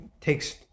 takes